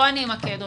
בוא אני אמקד אותך.